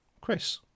Chris